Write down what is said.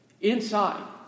inside